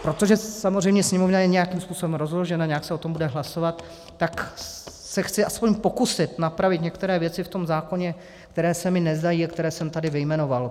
Protože samozřejmě Sněmovna je nějakým způsobem rozložena, nějak se o tom bude hlasovat, tak se chci aspoň pokusit napravit některé věci v tom zákoně, které se mi nezdají a které jsem tady vyjmenoval.